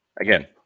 again